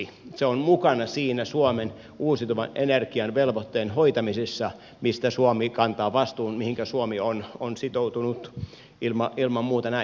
se on mukana siinä suomen uusiutuvan energian velvoitteen hoitamisessa mistä suomi kantaa vastuun mihinkä suomi on sitoutunut ilman muuta näin